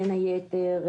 בין היתר,